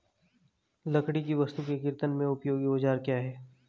लकड़ी की वस्तु के कर्तन में उपयोगी औजार क्या हैं?